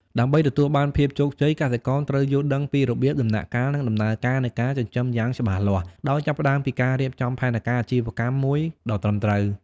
ដើម្បីទទួលបានភាពជោគជ័យ កសិករត្រូវយល់ដឹងពីរបៀប ដំណាក់កាល និងដំណើរការនៃការចិញ្ចឹមយ៉ាងច្បាស់លាស់ ដោយចាប់ផ្តើមពីការរៀបចំផែនការអាជីវកម្មមួយដ៏ត្រឹមត្រូវ។